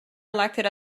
elected